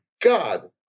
God